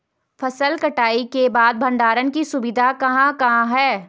फसल कटाई के बाद भंडारण की सुविधाएं कहाँ कहाँ हैं?